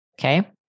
Okay